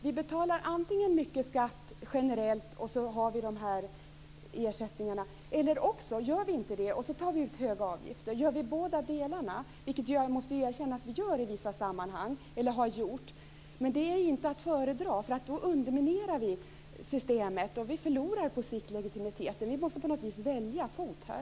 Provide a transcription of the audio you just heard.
Vi betalar antingen mycket skatt generellt och har de här ersättningarna, eller så gör vi inte det och tar ut höga avgifter. Att vi gör både delarna, vilket jag måste erkänna att vi gör eller har gjort i vissa sammanhang, är inte att föredra. Då underminerar vi systemet och förlorar legitimiteten på sikt. Vi måste på något sätt välja fot här.